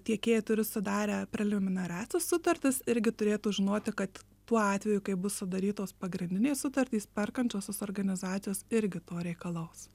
tiekėjai turi sudarę preliminariąsias sutartis irgi turėtų žinoti kad tuo atveju kai bus sudarytos pagrindinės sutartys perkančiosios organizacijos irgi to reikalaus